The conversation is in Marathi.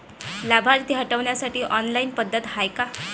लाभार्थी हटवासाठी ऑनलाईन पद्धत हाय का?